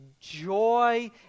joy